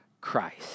Christ